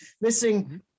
missing